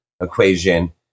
equation